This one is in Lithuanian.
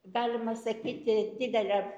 galima sakyti didelė